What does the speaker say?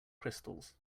crystals